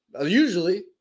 Usually